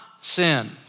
sin